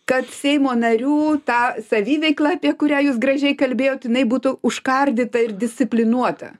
kad seimo narių tą saviveiklą apie kurią jūs gražiai kalbėjot jinai būtų užkardyta ir disciplinuota